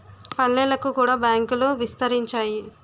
పల్లెలకు కూడా బ్యాంకులు విస్తరించాయి